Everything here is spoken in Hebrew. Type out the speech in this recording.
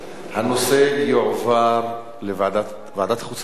הנושא יועבר לוועדת החוץ והביטחון,